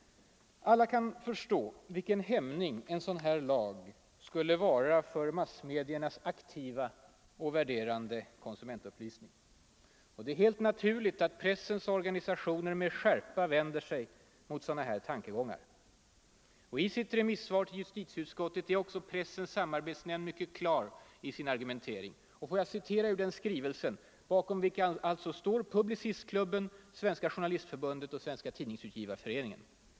Alla kan förstå vilken hämning en sådan här lag skulle vara för massmediernas aktiva och värderande konsumentupplysning. Det är helt naturligt att pressens organisationer vänder sig mot sådana tankegångar. I sitt remissvar till justitieutskottet är också Pressens samarbetsnämnd mycket klar i sin argumentering. Låt mig citera ur den skrivelse bakom vilken står Publicistklubben, Svenska journalistförbundet och Svenska tidningsutgivareföreningen.